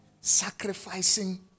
sacrificing